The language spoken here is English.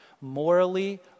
Morally